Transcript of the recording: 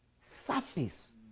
Surface